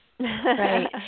Right